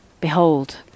Behold